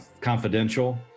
confidential